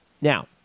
Now